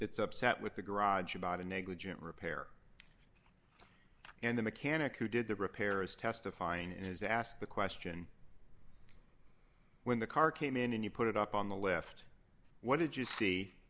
that's upset with the garage about a negligent repair and the mechanic who did the repair is testifying and has asked the question when the car came in and you put it up on the left what did you see